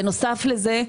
בנוסף לזה,